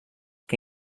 que